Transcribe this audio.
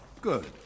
good